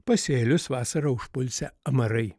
pasėlius vasarą užpulsią amarai